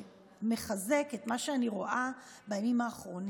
שמחזק את מה שאני רואה בימים האחרונים.